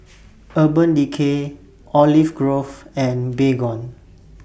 Urban Decay Olive Grove and Baygon